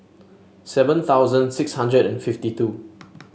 seven thousand six hundred and fifty two